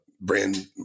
brand